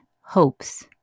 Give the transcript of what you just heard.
hopes